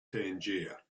tangier